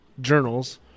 journals